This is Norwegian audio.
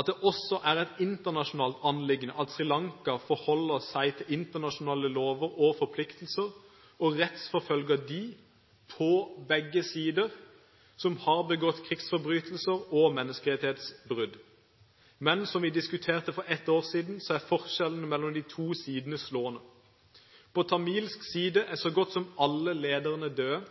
at det også er et internasjonalt anliggende at Sri Lanka forholder seg til internasjonale lover og forpliktelser og rettsforfølger dem, på begge sider, som har begått krigsforbrytelser og menneskerettighetsbrudd. Men som vi diskuterte for ett år siden, er forskjellen mellom de to sidene slående. På tamilsk side er så godt som alle lederne døde,